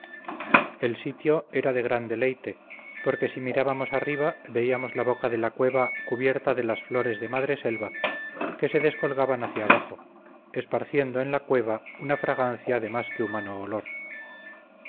el sitio era de gran deleite porque si mirábamos arriba veíamos la boca de la cueva cubierta de las flores de madre selva que se descolgaban hacia abajo esparciendo en la cueva una fragancia de más que humano olor